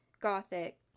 gothic